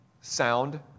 sound